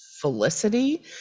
felicity